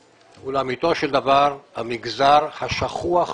הוא לאמיתו של דבר המגזר השכוח בישראל.